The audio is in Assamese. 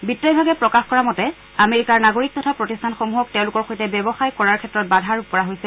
বিত্ত বিভাগে প্ৰকাশ কৰা মতে আমেৰিকাৰ নাগৰিক তথা প্ৰতিষ্ঠানসমূহক তেওঁলোকৰ সৈতে ব্যৱসায় কৰাৰ ক্ষেত্ৰত বাধা আৰোপ কৰা হৈছে